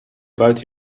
about